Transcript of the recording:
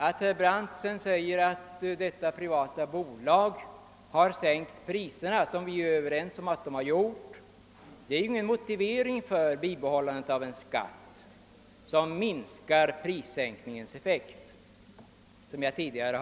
Att detta privata bolag, som herr Brandt säger, har sänkt priserna — den saken är vi överens om — är inget motiv för bibehållandet av en skatt, som minskar effekten av prissänkningen.